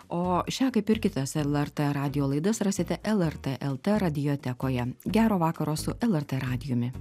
o šią kaip ir kitas lrt radijo laidas rasite lrt el t radijotekoje gero vakaro su lrt radijumi